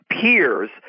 peers